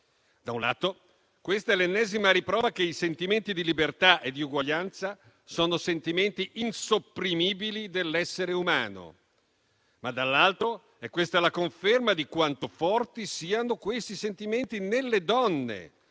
da un lato, questa è l'ennesima riprova che i sentimenti di libertà e di uguaglianza sono insopprimibili per l'essere umano; dall'altro, questa è la conferma di quanto forti siano questi sentimenti nelle donne,